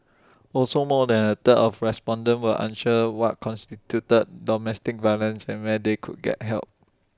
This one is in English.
also more than A third of respondents were unsure what constituted domestic violence and where they could get help